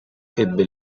ebbe